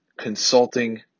consulting